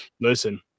listen